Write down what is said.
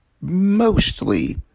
mostly